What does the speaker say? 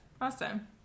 awesome